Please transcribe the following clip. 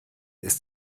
ist